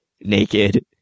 naked